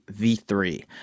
V3